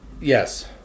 yes